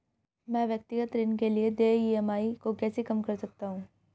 मैं व्यक्तिगत ऋण के लिए देय ई.एम.आई को कैसे कम कर सकता हूँ?